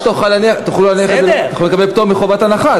תוכלו לקבל פטור מחובת הנחה,